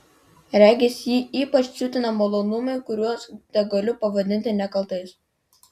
regis jį ypač siutina malonumai kuriuos tegaliu pavadinti nekaltais